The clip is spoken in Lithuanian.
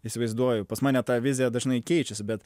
įsivaizduoju pas mane ta vizija dažnai keičiasi bet